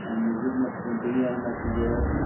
امہِ مزید ما چھُ کیٚنٛہہ بٔنیان ما چھِ ضروٗرت